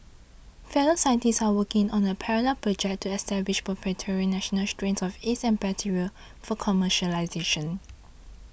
fellow scientists are working on a parallel project to establish proprietary national strains of yeast and bacteria for commercialisation